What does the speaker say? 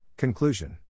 Conclusion